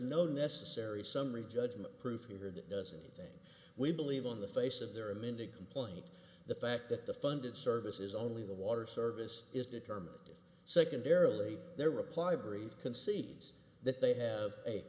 no necessary summary judgment proof you heard doesn't thing we believe on the face of their amended complaint the fact that the funded service is only the water service is determined secondarily their reply brief concedes that they have a